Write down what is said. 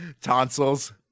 tonsils